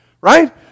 Right